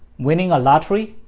winning a lottery,